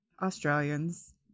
Australians